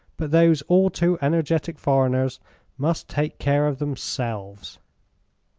but those all too energetic foreigners must take care of themselves.